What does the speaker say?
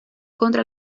contra